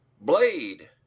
Blade